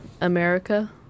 America